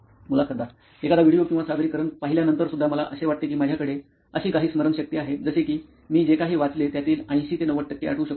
मुलाखतदार एखादा व्हिडीओ किंवा सादरीकरण पाहिल्यानंतर सुद्धा मला असे वाटते की माझ्याकडे अशी काही स्मरण शक्ती आहे जसे की मी जे काही वाचले त्यातील ८० ते ९० टक्के आठवू शकतो